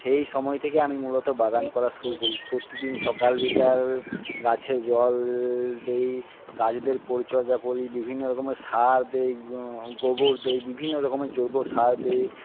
সেই সময় থেকে আমি মূলত বাগান করা শুরু করি প্রতিদিন সকাল বিকাল গাছে জল দেই গাছদের পরিচর্যা করি বিভিন্ন রকমের সার দেই গোবর দেই বিভিন্ন রকমের জৈব সার দেই